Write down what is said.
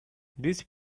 these